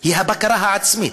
היא הבקרה העצמית,